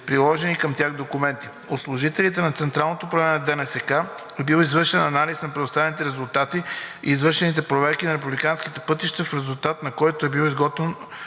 приложени към тях документи. От служителите на централното управление на ДНСК е бил извършен анализ на предоставените резултати и извършените проверки на републиканските пътища, в резултат на което е бил изготвен